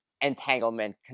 entanglement